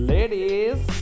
Ladies